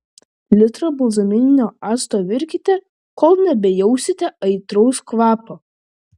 litrą balzaminio acto virkite kol nebejausite aitraus kvapo